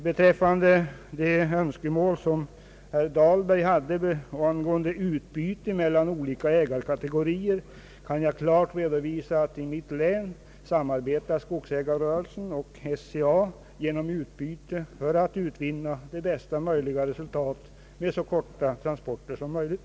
Herr Dahlberg uttryckte önskemål om utbyte mellan olika ägarkategorier, och jag kan klart redovisa att i mitt län samarbetar skogsägarrörelsen och SCA genom utbyte för att utvinna bästa möjliga resultat med så korta transporter som möjligt.